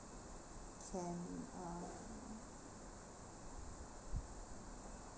can uh